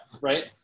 right